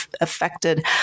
affected